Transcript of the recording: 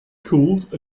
cooled